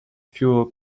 fuel